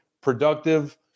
productive